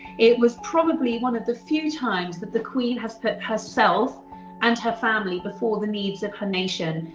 it was probably one of the few times that the queen has put herself and her family before the needs of her nation.